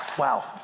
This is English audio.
Wow